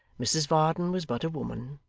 mrs varden was but a woman,